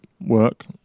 work